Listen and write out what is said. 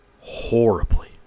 horribly